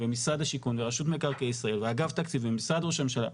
משרד השיכון ורשות מקרקעי ישראל ואגף תקציבים ומשרד ראש הממשלה,